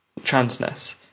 transness